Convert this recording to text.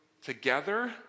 Together